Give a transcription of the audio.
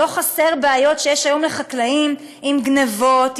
לא חסרות בעיות לחקלאות עם גנבות,